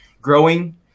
growing